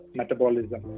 metabolism